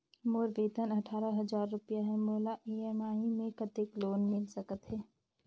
मोर वेतन अट्ठारह हजार रुपिया हे मोला ई.एम.आई मे कतेक लोन मिल सकथे?